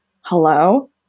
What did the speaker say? Hello